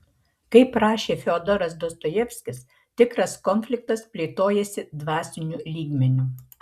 kaip rašė fiodoras dostojevskis tikras konfliktas plėtojasi dvasiniu lygmeniu